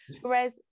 whereas